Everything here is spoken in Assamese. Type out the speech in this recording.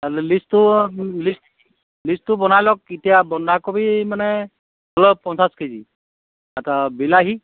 লিষ্টটো লিষ্ট লিষ্টটো বনাই লওক এতিয়া বন্ধাকবি মানে ধৰক পঞ্চাছ কেজি আৰু বিলাহী